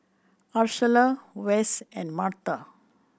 Ursula Wess and Martha